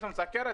פתאום סכרת,